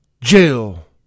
jail